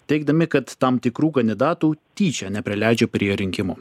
teigdami kad tam tikrų kandidatų tyčia neprileidžia prie rinkimų